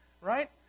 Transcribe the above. right